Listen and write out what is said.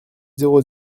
zéro